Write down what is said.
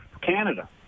canada